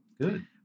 Good